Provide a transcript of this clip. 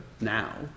now